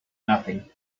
nothing